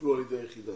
וטופלו על ידי היחידה.